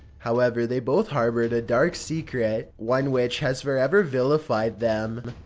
however, they both harboured a dark secret, one which has forever vilified them.